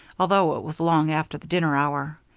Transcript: although it was long after the dinner hour.